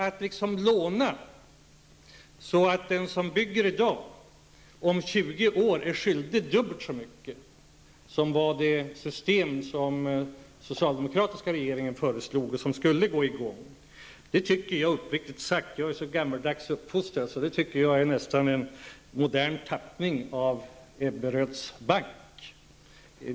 Att låna så att den som bygger i dag om 20 år är skyldig dubbelt så mycket, vilket var det system som den socialdemokratiska regeringen föreslog och som skulle genomföras, tycker jag uppriktigt sagt -- jag är så gammaldags uppfostrad -- nästan är en modern tappning av Ebberöds bank.